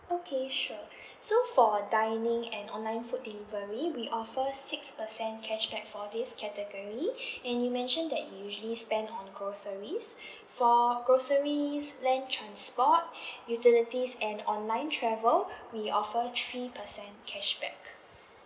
okay sure so for dining and online food delivery we offer six percent cashback for this category and you mention that you usually spend on groceries for groceries land transport utilities and online travel we offer three percent cashback